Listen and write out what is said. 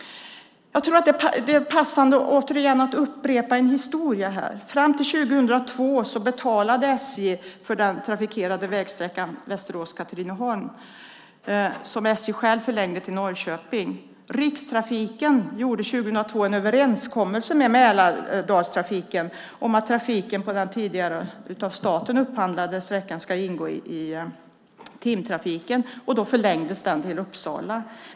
Det är passande att upprepa en historia här. Fram till 2002 betalade SJ för den trafikerade vägsträckan Västerås-Katrineholm som SJ själv förlängde till Norrköping. Rikstrafiken gjorde 2002 en överenskommelse med Mälardalstrafiken om att trafiken på den tidigare av staten upphandlade sträckan ska ingå i Timtrafiken, och då förlängdes den till Uppsala.